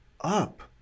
up